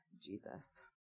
Jesus